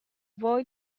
boy